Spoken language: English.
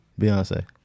beyonce